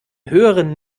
höheren